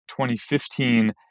2015